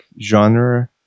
genre